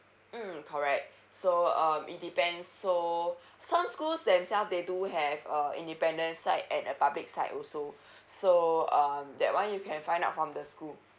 mm correct so um it depends so some schools themselves they do have uh independent side and a public side also so um that one you can find out from the school